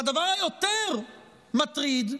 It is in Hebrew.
והדבר היותר-מטריד,